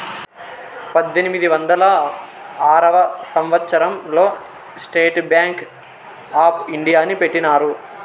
పద్దెనిమిది వందల ఆరవ సంవచ్చరం లో స్టేట్ బ్యాంక్ ఆప్ ఇండియాని పెట్టినారు